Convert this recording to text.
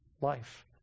life